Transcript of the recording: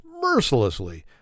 mercilessly